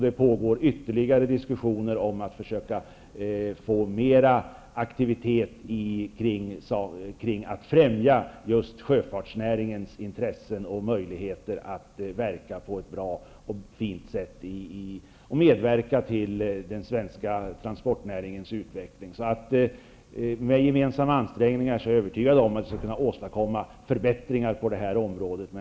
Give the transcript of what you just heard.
Det pågår ytterligare diskussioner om mer aktivitet för att främja sjöfartsnäringens intressen och möjligheter att medverka till den svenska transportnäringens utveckling. Jag är övertygad om att vi med gemensamma ansträngningar skall kunna åstadkomma förbättringar på det här området.